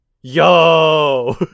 Yo